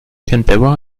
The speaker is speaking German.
canberra